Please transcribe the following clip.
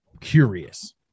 curious